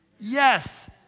Yes